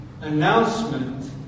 announcement